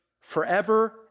forever